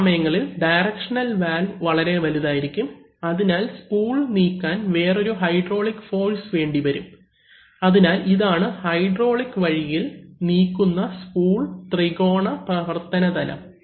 ചില സമയങ്ങളിൽ directional valve വളരെ വലുതായിരിക്കും അതിനാൽ സ്പൂൾ നീക്കാൻ വേറൊരു ഹൈഡ്രോളിക് ഫോഴ്സ് വേണ്ടിവരും അതിനാൽ ഇതാണ് ഹൈഡ്രോളിക് വഴിയിൽ നീക്കുന്ന സ്പൂൾ ത്രികോണ പ്രവർത്തനതലം